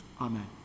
Amen